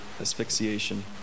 asphyxiation